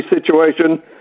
situation